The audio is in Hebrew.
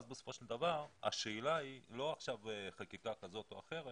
בסופו של דבר השאלה היא לא חקיקה כזאת או אחרת